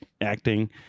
acting